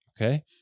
Okay